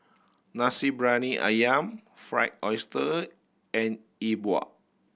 Nasi Briyani Ayam Fried Oyster and Yi Bua